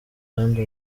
kandi